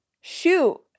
shoot